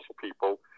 people